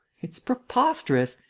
it's preposterous!